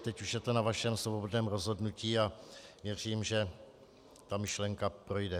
Teď už je to na vašem svobodném rozhodnutí a věřím, že ta myšlenka projde.